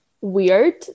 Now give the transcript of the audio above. weird